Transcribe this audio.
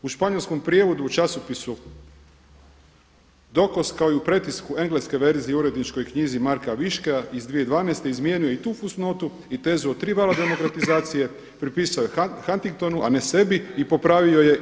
U španjolskom prijevodu u časopisu Dokos kao i u pretisku engleske verzije uredničkoj knjizi Marka … iz 2012. izmijenio je i tu fusnotu i tezu o tri vala demokratizacije, prepisao je Hangtingtonu, a ne sebi i popravio je